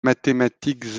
mathématiques